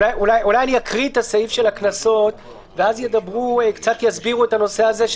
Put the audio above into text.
אולי אקרא את סעיף הקנסות ואז יסבירו את הנושא הזה.